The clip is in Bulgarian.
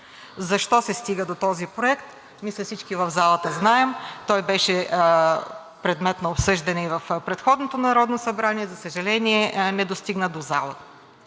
Защо се стига до този проект, мисля, че всички в залата знаем – той беше предмет на обсъждане и в предходното Народно събрание, но за съжаление, не достигна до залата.